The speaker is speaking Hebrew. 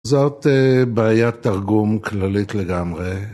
זאת בעיה תרגום כללית לגמרי.